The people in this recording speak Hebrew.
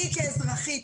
אני כאזרחית,